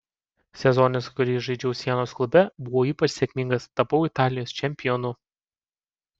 sezonas kurį žaidžiau sienos klube buvo ypač sėkmingas tapau italijos čempionu